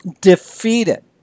defeated